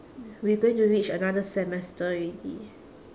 we going to reach another semester already